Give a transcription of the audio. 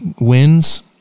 wins